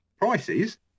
prices